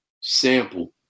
sample